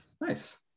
Nice